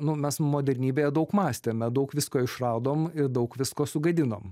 nu mes modernybėje daug mąstėme daug visko išradom ir daug visko sugadinom